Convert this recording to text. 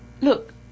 Look